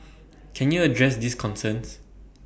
can you address these concerns